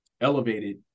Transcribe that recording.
elevated